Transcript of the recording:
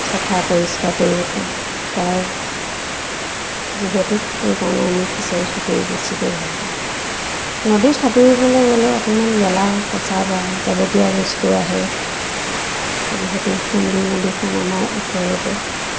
চাফা পৰিষ্কাৰ পৰিৱৰ্তন তাৰ যিহেতু সেইকাৰণে আমি ফিচাৰীত সাঁতুৰি বেছিকৈ ভাল পাওঁ নদীত সাঁতুৰিবলৈ গ'লে অকণমান গেলা পচা বা যাৱতীয়া বস্তু আহে যিহেতু সুন্দি নদীখন আমাৰ ওচৰতে